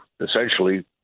essentially